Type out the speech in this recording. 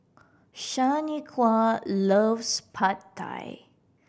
Shanequa loves Pad Thai